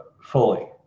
fully